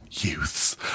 youths